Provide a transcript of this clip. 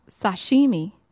sashimi